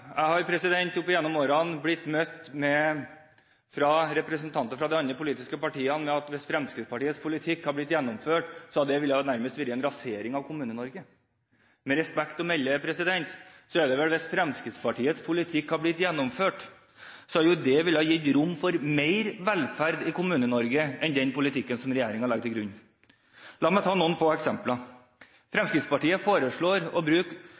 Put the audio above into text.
har jeg opp igjennom årene blitt møtt med at hvis Fremskrittspartiets politikk hadde blitt gjennomført, hadde det nærmest vært en rasering av Kommune-Norge. Med respekt å melde er det vel slik at hvis Fremskrittspartiet politikk hadde blitt gjennomført, ville det gitt rom for mer velferd i Kommune-Norge enn med den politikken som regjeringen legger til grunn. La meg ta noen få eksempler. Fremskrittspartiet foreslår å bruke